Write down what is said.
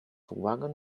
wagon